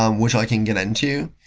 um which i can get into.